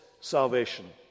salvation